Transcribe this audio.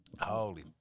holy